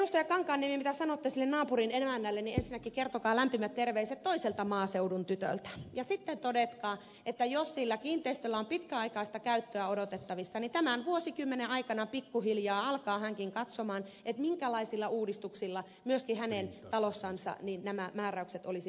kankaanniemi mitä sanotte sille naapurin emännälle niin ensinnäkin kertokaa lämpimät terveiset toiselta maaseudun tytöltä ja sitten todetkaa että jos sillä kiinteistöllä on pitkäaikaista käyttöä odotettavissa niin tämän vuosikymmenen aikana pikkuhiljaa alkaa hänkin katsoa minkälaisilla uudistuksilla myöskin hänen talossansa nämä määräykset olisi mahdollista täyttää